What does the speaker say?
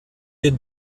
den